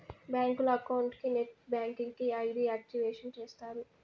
బ్యాంకులో అకౌంట్ కి net banking కి ఐ.డి యాక్టివేషన్ చేస్తారు